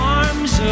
arms